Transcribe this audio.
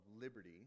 liberty